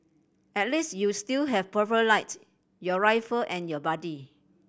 at least you still have Purple Light your rifle and your buddy